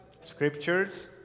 Scriptures